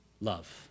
Love